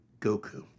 Goku